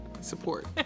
support